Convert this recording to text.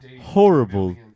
horrible